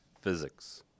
physics